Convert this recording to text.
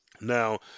Now